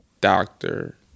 doctor